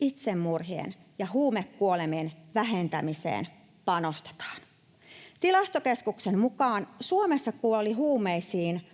Itsemurhien ja huumekuolemien vähentämiseen panostetaan. Tilastokeskuksen mukaan Suomessa kuoli huumeisiin